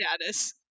status